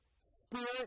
spirit